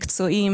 מקצועי,